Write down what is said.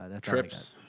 Trips